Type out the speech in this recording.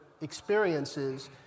experiences